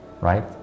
right